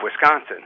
Wisconsin